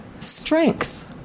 strength